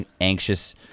anxious